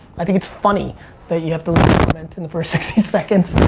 i think it's funny that you have to comment in the first sixty seconds,